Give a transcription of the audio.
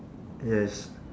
yes